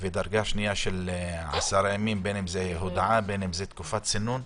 ושל עשרת הימים, בין אם זה הודעה או תקופת צינון.